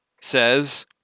says